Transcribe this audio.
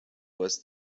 was